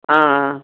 ஆ ஆ